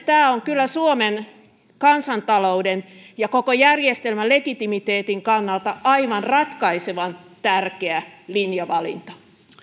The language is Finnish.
tämä on kyllä suomen kansantalouden ja koko järjestelmän legitimiteetin kannalta aivan ratkaisevan tärkeä linjavalinta